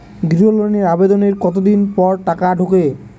গৃহ লোনের আবেদনের কতদিন পর টাকা ঢোকে?